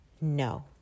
No